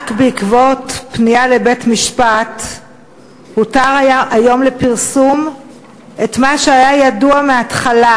רק בעקבות פנייה לבית-משפט הותר היום לפרסום מה שהיה ידוע מהתחלה,